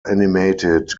animated